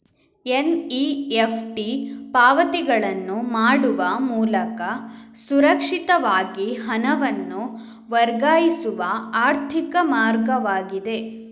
NEFT ಪಾವತಿಗಳನ್ನು ಮಾಡುವ ಮೂಲಕ ಸುರಕ್ಷಿತವಾಗಿ ಹಣವನ್ನು ವರ್ಗಾಯಿಸುವ ಆರ್ಥಿಕ ಮಾರ್ಗವಾಗಿದೆ